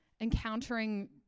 encountering